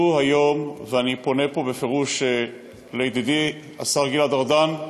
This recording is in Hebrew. היום, ואני פונה פה בפירוש לידידי השר גלעד ארדן,